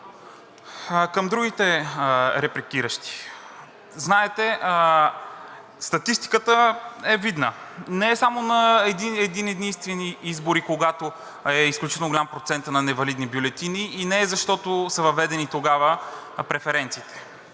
Към другите репликиращи. Знаете, статистиката е видна. Не е само на един-единствен избор, когато е изключително голям процентът на невалидни бюлетини, и не е, защото са въведени тогава преференциите.